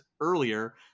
earlier